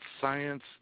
science